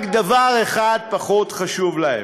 רק דבר אחד פחות חשוב להם: